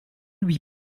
lui